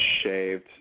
shaved